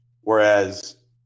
whereas